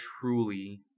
truly